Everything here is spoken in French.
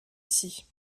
ici